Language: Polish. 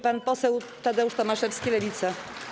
Pan poseł Tadeusz Tomaszewski, Lewica.